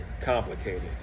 complicated